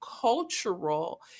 cultural